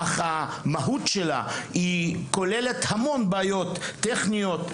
אך המהות שלה כוללת המון בעיות טכניות,